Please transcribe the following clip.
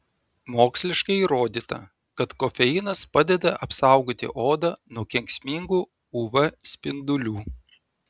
moksliškai įrodyta kad kofeinas padeda apsaugoti odą nuo kenksmingų uv spindulių